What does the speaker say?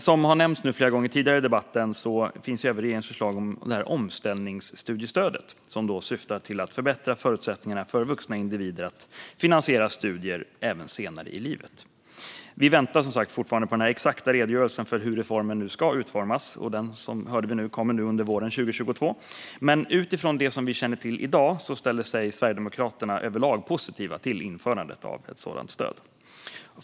Som har nämnts flera gånger tidigare i debatten finns regeringens förslag om omställningsstudiestödet, som syftar till att förbättra förutsättningarna för vuxna individer att finansiera studier även senare i livet. Vi väntar fortfarande på den exakta redogörelsen för hur reformen ska utformas - vi hörde nu att den kommer under våren 2022 - men utifrån det vi känner till i dag ställer vi oss från Sverigedemokraternas sida överlag positiva till införandet av ett sådant stöd.